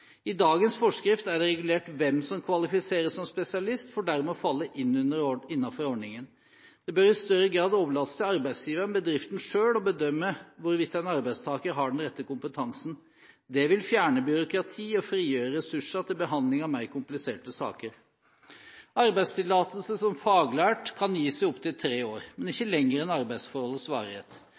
I dagens forskrift er det regulert hvem som kvalifiseres som spesialist, for dermed å falle innenfor ordningen. Det bør i større grad overlates til arbeidsgiverne/bedriften selv å bedømme hvorvidt en arbeidstaker har den rette kompetansen. Det vil fjerne byråkrati og frigjøre ressurser til behandling av mer kompliserte saker. Arbeidstillatelse som faglært kan gis i opptil tre år, men ikke lenger enn arbeidsforholdets varighet. Fornyelse er en svært byråkratisk prosess, som tar mye tid og